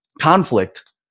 conflict